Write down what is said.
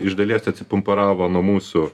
iš dalies atsipumpuravo nuo mūsų